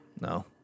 No